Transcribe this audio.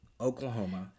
Oklahoma